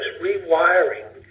rewiring